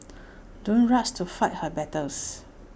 don't rush to fight her battles